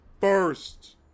first